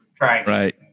Right